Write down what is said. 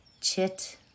chit